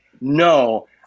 no